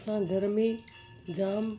असां घर में जाम